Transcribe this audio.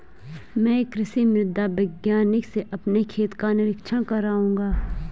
मैं कृषि मृदा वैज्ञानिक से अपने खेत का निरीक्षण कराऊंगा